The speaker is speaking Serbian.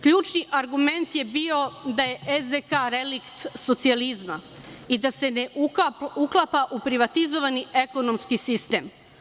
Ključni argument je bio da je SDK relikt socijalizma i da se ne uklapa u privatizovani ekonomski sistem.